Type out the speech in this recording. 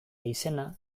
izena